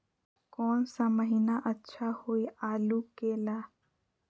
कौन सा महीना अच्छा होइ आलू के ला?